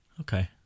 Okay